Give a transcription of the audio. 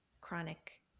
chronic